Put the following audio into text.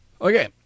Okay